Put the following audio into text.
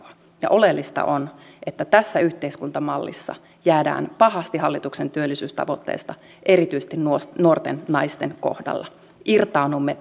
ja oleellista on että tässä yhteiskuntamallissa jäädään pahasti hallituksen työllisyystavoitteista erityisesti nuorten nuorten naisten kohdalla irtaannumme